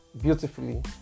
beautifully